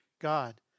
God